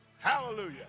hallelujah